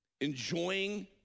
enjoying